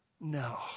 No